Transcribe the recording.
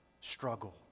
struggle